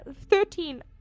Thirteen